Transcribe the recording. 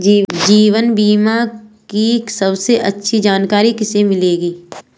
जीवन बीमा की सबसे अच्छी जानकारी कैसे मिलेगी?